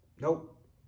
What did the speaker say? Nope